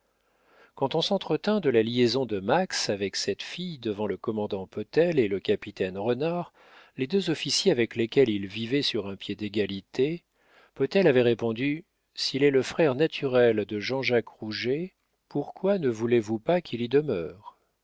quand on s'entretint de la liaison de max avec cette fille devant le commandant potel et le capitaine renard les deux officiers avec lesquels il vivait sur un pied d'égalité potel avait répondu s'il est le frère naturel de jean-jacques rouget pourquoi ne voulez-vous pas qu'il y demeure